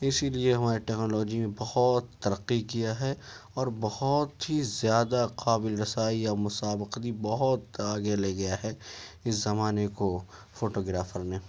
اسی لیے ہماری ٹیکنالوجی میں بہت ترقی کیا ہے اور بہت ہی زیادہ قابل رسائی یا مساوکری بہت آگے لے گیا ہے اس زمانے کو فوٹو گرافر نے